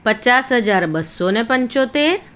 પચાસ હજાર બસો ને પંચોતેર